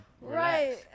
right